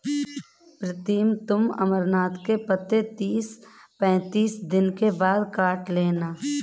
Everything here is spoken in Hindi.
प्रीतम तुम अमरनाथ के पत्ते तीस पैंतीस दिन के बाद काट लेना